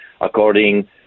according